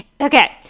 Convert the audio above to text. okay